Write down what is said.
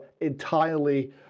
entirely